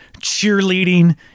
Cheerleading